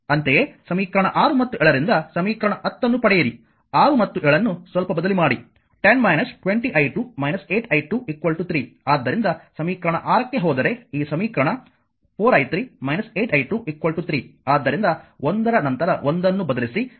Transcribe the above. ಅಂತೆಯೇ ಸಮೀಕರಣ 6 ಮತ್ತು 7 ರಿಂದ ಸಮೀಕರಣ 10 ಅನ್ನು ಪಡೆಯಿರಿ 6 ಮತ್ತು 7 ಅನ್ನು ಸ್ವಲ್ಪ ಬದಲಿ ಮಾಡಿ 10 20 i2 8 i2 3 ಆದ್ದರಿಂದ ಸಮೀಕರಣ 6ಕ್ಕೆ ಹೋದರೆ ಈ ಸಮೀಕರಣ 4 i3 8 i2 3